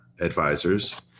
advisors